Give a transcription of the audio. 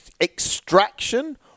extraction